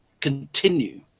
continue